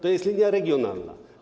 To jest linia regionalna.